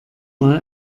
mal